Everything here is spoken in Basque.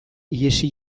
ihesi